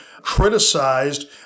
criticized